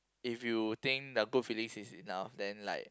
if you think the good feelings is enough then like